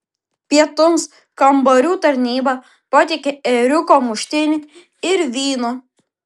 pietums kambarių tarnyba patiekė ėriuko muštinį ir vyno